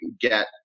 get